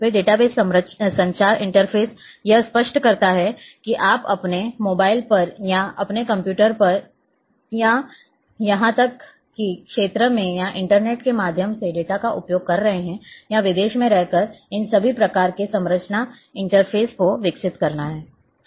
फिर डेटाबेस संचार इंटरफेस यह स्पष्ट करता है कि आप अपने मोबाइल पर या अपने कंप्यूटर पर या यहां तक कि क्षेत्र में या इंटरनेट के माध्यम से डेटा का उपयोग कर रहे हैं या विदेश में रहकर इन सभी प्रकार के संचार इंटरफेस को विकसित करना है